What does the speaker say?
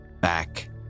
back